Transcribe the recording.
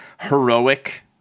heroic